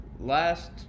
last